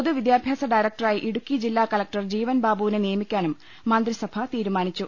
പൊതുവിദ്യാഭ്യാസ ഡയറക്ടറായി ഇടുക്കി ജില്ലാ കളക്ടർ ജീവൻ ബാബുവിനെ നിയമി ക്കാനും മന്ത്രിസഭ തീരുമാനിച്ചു